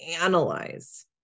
analyze